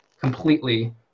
completely